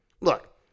Look